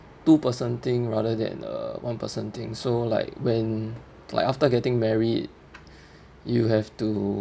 two person thing rather than a one person thing so like when like after getting married you have to